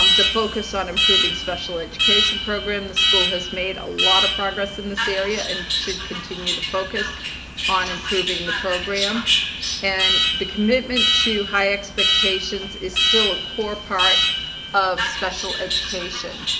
the focus on improving special education program the school has made a lot of progress in this area and should continue to focus on improving the program and the commitment to high expectations is still a core part of special education